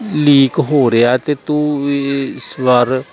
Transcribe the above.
leak ਹੋ ਰਿਹਾ ਅਤੇ ਤੂੰ ਵੀ ਇਸ ਵਾਰ